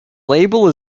label